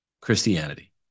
Christianity